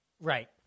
Right